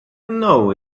know